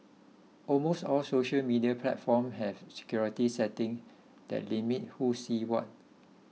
almost all social media platform have security setting that limit who sees what